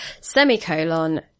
semicolon